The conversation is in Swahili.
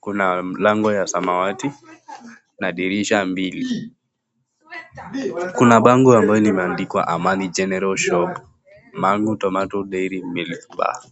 kuna mlango ya samawati na dirisha mbili, kuna bango ambalo limeandikwa Amani general shop, Mang'u tomato dairy milk bar.